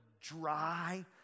dry